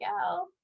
go